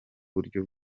buryo